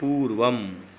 पूर्वम्